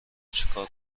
چیکار